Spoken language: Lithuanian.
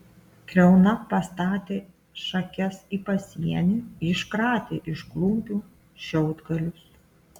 kriauna pastatė šakes į pasienį iškratė iš klumpių šiaudgalius